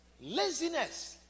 Laziness